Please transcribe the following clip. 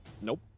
Nope